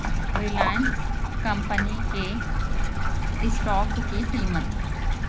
Reliance company کے stock کی قیمت